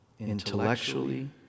intellectually